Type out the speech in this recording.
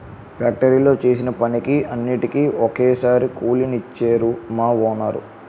ఫ్యాక్టరీలో చేసిన పనికి అన్నిటికీ ఒక్కసారే కూలి నిచ్చేరు మా వోనరు